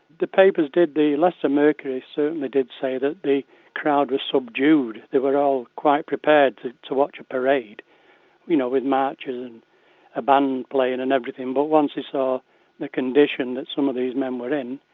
the papers did the leicester mercury certainly did say that the crowd was subdued, they were all quite prepared to to watch a parade you know with marchers and a band playing and everything but once they saw the condition that some of these men were in,